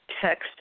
text